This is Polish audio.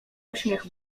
uśmiech